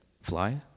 fly